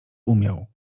umiał